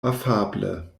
afable